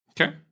Okay